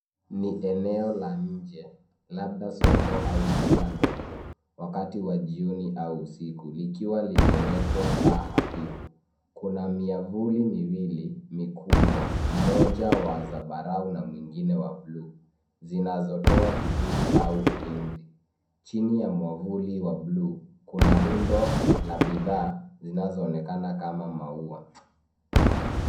Ni eneo la nje, labda soko au duka ndogo, wakati wa jioni au usiku, likiwa limewekwa taa hafifu. Kuna miavuli miwili mikubwa, moja wa zambarau na mwingine wa bluu zinazotoa kivuli au ulinzi. Chini ya mwavuli wa bluu kuna rundo la bidhaa zinazoonekana kama maua.